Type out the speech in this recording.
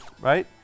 right